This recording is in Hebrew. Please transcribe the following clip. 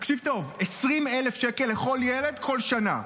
תקשיב טוב, 20,000 שקל לכל ילד בכל שנה.